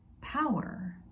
power